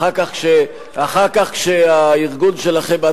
אחר כך כשהארגון שלכם,